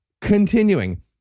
Continuing